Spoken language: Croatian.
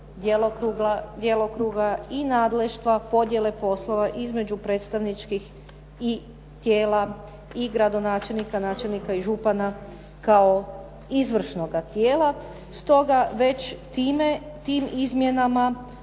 djelokruga i nadleštva, podjele poslova između predstavničkih tijela i gradonačelnika, načelnika i župana kao izvršnoga tijela. Stoga već tim izmjenama